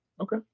Okay